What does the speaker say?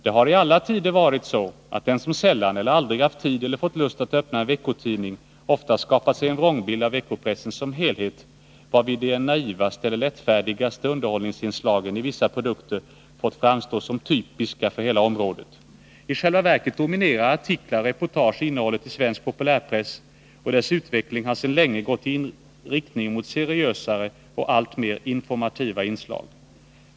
Det har i alla tider varit så, att den som sällan eller aldrig haft tid eller fått lust att öppna en veckotidning ofta skapat sig en vrångbild av veckopressen som helhet, varvid de naivaste eller lättfärdigaste underhållningsinslagen i vissa produkter fått framstå som typiska för hela området. I själva verket dominerar artiklar och reportage innehållet i svensk populärpress, och dess utveckling har sedan länge gått i riktning mot seriösare och alltmer informativa inslag.